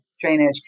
drainage